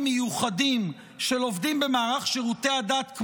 מיוחדים של עובדים במערך שירותי הדת,